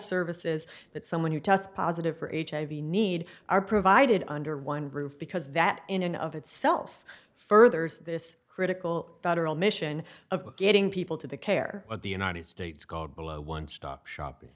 services that someone who test positive for hiv you need are provided under one roof because that in and of itself furthers this critical federal mission of getting people to the care of the united states god below one stop shopping